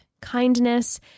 kindness